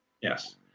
yes